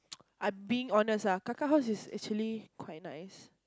I being honest ah kaka house is actually quite nice